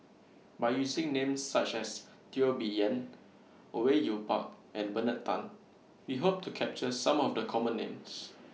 By using Names such as Teo Bee Yen Au Yue Pak and Bernard Tan We Hope to capture Some of The Common Names